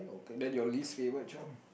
okay then your least favorite chore